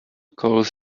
calls